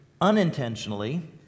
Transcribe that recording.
unintentionally